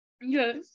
yes